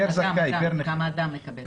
כמה אדם מקבל?